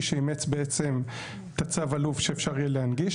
שאימץ בעצם את הצו אלוף שאפשר יהיה להנגיש.